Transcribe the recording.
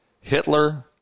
Hitler